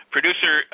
Producer